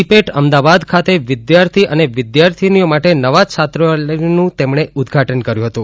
સિપેટ અમદાવાદ ખાતે વિદ્યાર્થી અને વિદ્યાર્થીનીઓ માટે નવા છાત્રાલયનું તેમણે ઉદઘાટન કર્યું હતું